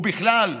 ובכלל,